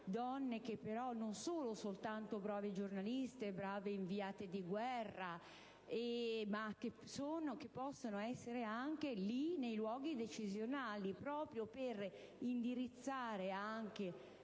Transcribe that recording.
Donne che però non siano soltanto brave giornaliste o brave inviate di guerra, ma che possano operare anche nei luoghi decisionali, proprio per indirizzare le